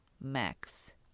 Max